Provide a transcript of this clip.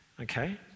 okay